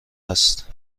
است